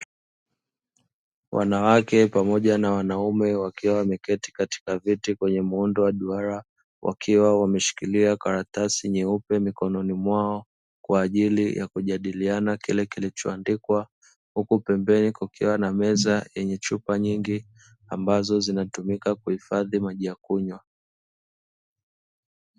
Wanawake pamoja na wanaume wakiwa wameketi katika vyeti kwenye muundo wa duara wakiwa wameshikilia karatasi nyeupe mikononi mwao kwa ajili ya kujadiliana kile kilichoandikwa huku pembeni kukiwa na meza yenye chupa nyingi ambazo zinatumika kuhifadhi maji ya kunywa.